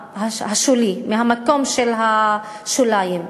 השולי, מהמקום של השוליים.